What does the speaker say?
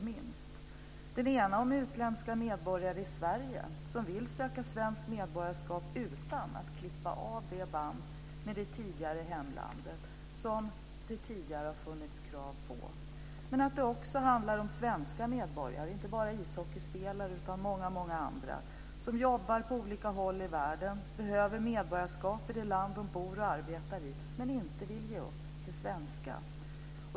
Den ena handlar om utländska medborgare i Sverige som vill söka svenskt medborgarskap utan att vilja klippa av de band med det tidigare hemlandet som det tidigare har funnits krav på. Den andra handlar om svenska medborgare, inte bara ishockeyspelare utan många andra, som jobbar på olika håll i världen och behöver medborgarskap i det land som de bor och arbetar i men inte vill ge upp det svenska.